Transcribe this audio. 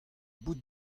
bout